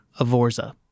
Avorza